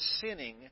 sinning